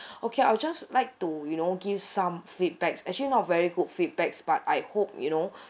okay I'll just like to you know give some feedback actually not very good feedback but I hope you know